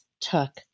took